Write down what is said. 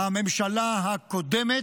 בממשלה הקודמת,